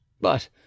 But